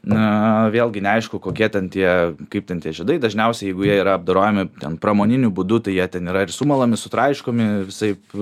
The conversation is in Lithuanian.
na vėlgi neaišku kokie ten tie kaip ten tie žiedai dažniausiai jeigu jie yra apdorojami ten pramoniniu būdu tai jie ten yra ir sumalami sutraiškomi visaip